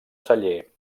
celler